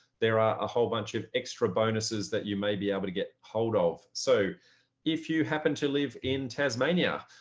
there are a whole bunch of extra bonuses that you may be able to get hold of. so if you happen to live in tasmania,